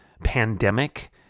pandemic